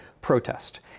protest